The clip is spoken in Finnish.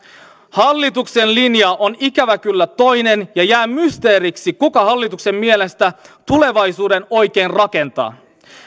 hallituksen linja on ikävä kyllä toinen ja jää mysteeriksi kuka hallituksen mielestä tulevaisuuden oikein rakentaa